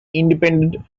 independent